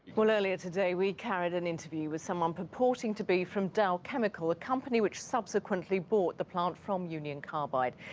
well, earlier today we carried an interview with someone purporting to be from dow chemical, a company which subsequently bought the plant from union carbide.